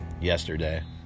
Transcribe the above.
yesterday